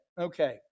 Okay